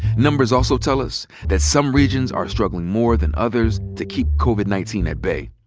numbers also tell us that some regions are struggling more than others to keep covid nineteen at bay.